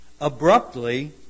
Abruptly